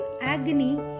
agony